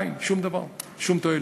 אַין, שום דבר, שום תועלת.